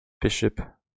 bishop